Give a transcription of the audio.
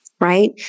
right